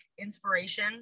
inspiration